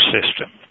system